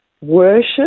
worship